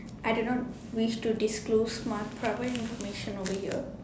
I do not wish to disclose my private information over here